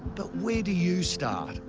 but where do you start?